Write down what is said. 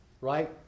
right